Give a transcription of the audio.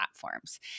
platforms